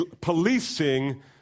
policing